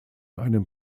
einem